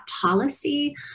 policy